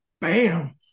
bam